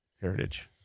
Heritage